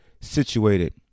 situated